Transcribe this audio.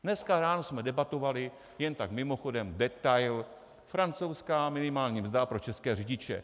Dneska ráno jsme debatovali, jen tak mimochodem, detail francouzská minimální mzda pro české řidiče.